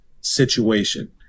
situation